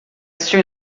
sri